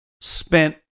spent